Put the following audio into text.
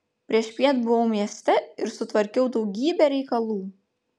priešpiet buvau mieste ir sutvarkiau daugybę reikalų